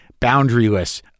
boundaryless